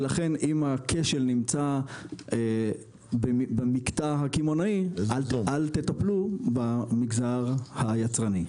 ולכן אם הכשל נמצא במקטע הקמעונאי אל תטפלו במגזר היצרני.